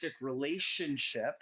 relationship